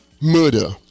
murder